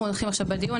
אנחנו נתחיל עכשיו בדיון,